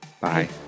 Bye